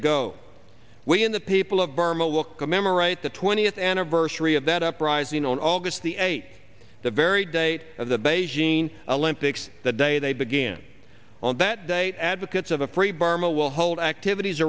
ago when the people of burma will commemorate the twentieth anniversary of that uprising on august the eighth the very date of the beijing olympics the day they begin on that date advocates of a free burma will hold activities